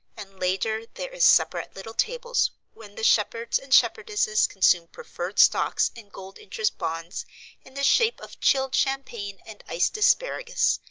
and later there is supper at little tables, when the shepherds and shepherdesses consume preferred stocks and gold-interest bonds in the shape of chilled champagne and iced asparagus,